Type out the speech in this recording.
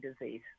disease